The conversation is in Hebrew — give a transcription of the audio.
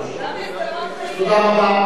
תודה רבה.